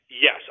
Yes